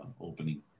opening